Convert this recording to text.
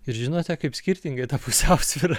ir žinote kaip skirtingai ta pusiausvyra